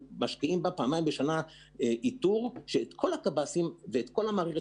פעמיים בשנה אנחנו מוציאים לשטח את כל הקב"סים ואת כל המערכת